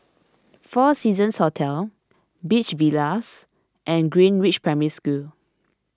four Seasons Hotel Beach Villas and Greenridge Primary School